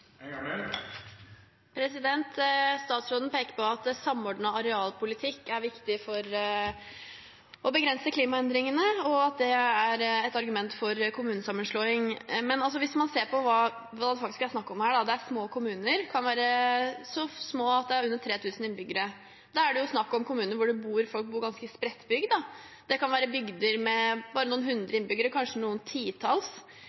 Statsråden peker på at samordnet arealpolitikk er viktig for å begrense klimaendringene, og at det er et argument for kommunesammenslåing. Men hvis man ser på hva det faktisk er snakk om her: Det er små kommuner, som kan være så små at det er under 3 000 innbyggere. Da er det jo snakk om kommuner hvor folk bor ganske spredt, det kan være bygder med bare noen